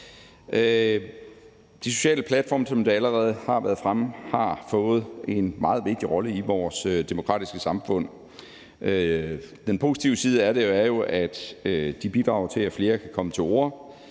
De sociale platforme har, som det allerede har været fremme, fået en meget vigtig rolle i vores demokratiske samfund. Den positive side af det er jo, at de bidrager til, at flere kan komme til orde.